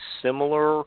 similar